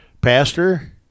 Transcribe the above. Pastor